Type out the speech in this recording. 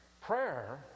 Prayer